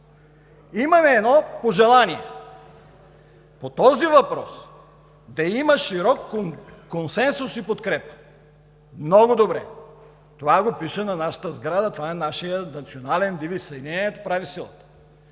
Имаме едно пожелание: по този въпрос да има широк консенсус и подкрепа. Много добре, това го пише на нашата сграда, това е нашият национален девиз: „Съединението прави силата“.